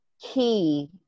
key